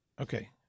Okay